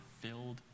filled